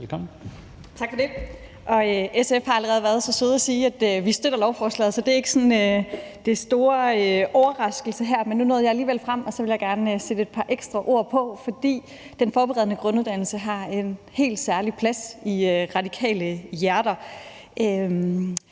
SF har allerede været så søde at sige, at vi støtter lovforslaget, så det er ikke sådan den store overraskelse her. Men nu nåede jeg alligevel frem, og så vil jeg gerne sætte et par ekstra ord på, for den forberedende grunduddannelse har en helt særlig plads i radikale hjerter.